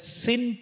sin